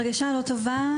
הרגשה לא טובה.